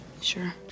Sure